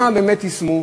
מה באמת יישמו,